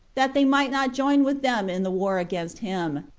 that they might not join with them in the war against him,